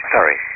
Sorry